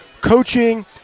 coaching